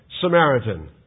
Samaritan